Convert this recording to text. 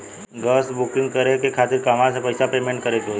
Gas booking करे के खातिर कहवा से पैसा पेमेंट करे के होई?